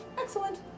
Excellent